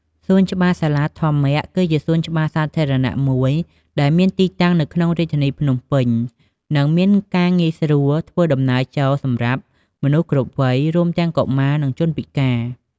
សួនច្បារសាលាធម្ម គឺជាសួនច្បារសាធារណៈមួយដែលមានទីតាំងនៅក្នុងរាជធានីភ្នំពេញ និងមានការងាយស្រួលធ្វើដំណើរចូលសម្រាប់មនុស្សគ្រប់វ័យ រួមទាំងកុមារ និងជនពិការ។